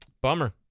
bummer